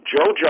Joe